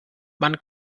man